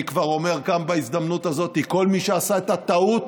אני כבר אומר בהזדמנות הזאת, כל מי שעשה את הטעות